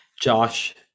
Josh